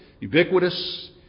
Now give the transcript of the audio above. ubiquitous